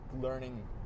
learning